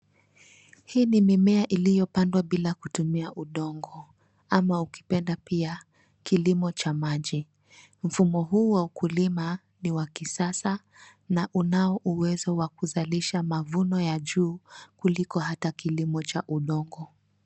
Hii ni mimea iliyopandwa bila kutumia udongo ama ukipenda pia, kilimo cha maji. Mfumo huu wa ukulima ni wa kisasa na unao uwezo wa kuzalisha mavuno ya juu kuliko hata kilimo cha udongo.